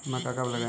मक्का कब लगाएँ?